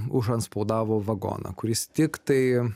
užantspaudavo vagoną kuris tiktai